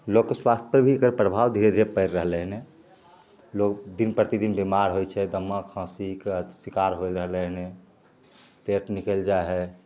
लोकके स्वास्थ पर भी एकर प्रभाव धीरे धीरे पड़ि रहलै हने लोग दिन प्रतिदिन बीमार होइ छै दम्मा खाँसीके शिकार होय रहलै हन पेट निकैल जाइ हइ